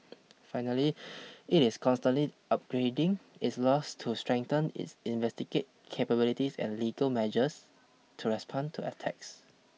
finally it is constantly upgrading its laws to strengthen its investigate capabilities and legal measures to respond to attacks